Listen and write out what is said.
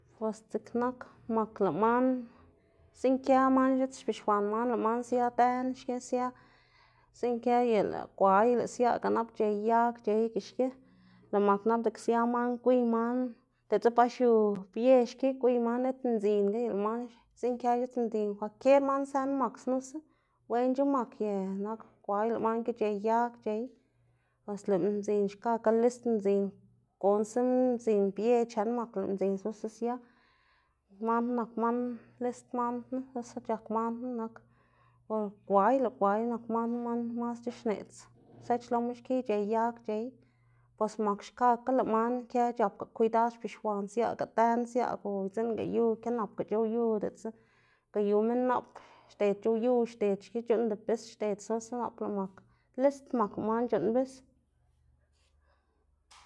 pos dziꞌg nak mak lëꞌ man, zinkë man x̱its bixwan man lëꞌ man sia dën xki sia zikë y lëꞌ gway lëꞌ siaꞌga nap c̲h̲ey yag c̲h̲eyga xki, lëꞌ mak nap dziꞌg sia man gwiy man diꞌltsa ba xiu bië xki gwiy man lit mdzin ga y lëꞌ man zinkë x̱its mdzin, kwalkier man sën mak xnusa wenc̲h̲a mak y nak gway lëꞌ man ki c̲h̲ey yag c̲h̲ey, pues lëꞌ mdzin xkakga list mdzin, gonza mdzin bië chen mak lëꞌ mdzin xnusa sia, man knu nak man list man knu xnusa c̲h̲ak man knu nak o gway lëꞌ gway nak man knu man masc̲h̲a xneꞌdz kosech loma xki c̲h̲ey yag c̲h̲ey, bos mak xkakga lëꞌ mak kë c̲h̲apga kwidad bixwan siaꞌga dën siaꞌga o udziꞌnga yu kenapga c̲h̲ow yu diꞌltsa lo yu minn nap xded c̲h̲ow yu xded xki c̲h̲uꞌnnda bis xded xnusa nap lëꞌ mak list mak nap lëꞌ man c̲h̲uꞌnn bis.